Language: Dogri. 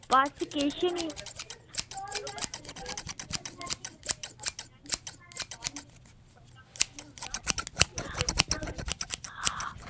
बस किश निं